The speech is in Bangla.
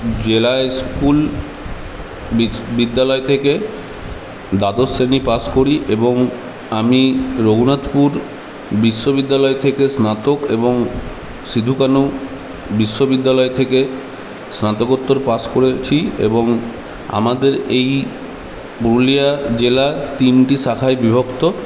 জেলা স্কুল বিদ্যালয় থেকে দ্বাদশ শ্রেণী পাস করি এবং আমি রঘুনাথপুর বিশ্ববিদ্যালয় থেকে স্নাতক এবং সিধু কানু বিশ্ববিদ্যালয় থেকে স্নাতকোত্তর পাশ করেছি এবং আমাদের এই পুরুলিয়া জেলা তিনটি শাখায় বিভক্ত